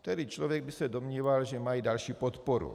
Tedy člověk by se domníval, že mají další podporu.